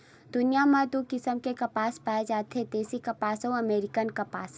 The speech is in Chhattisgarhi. दुनिया म दू किसम के कपसा पाए जाथे देसी कपसा अउ अमेरिकन कपसा